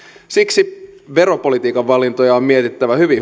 siksi veropolitiikan valintoja on mietittävä hyvin